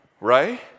right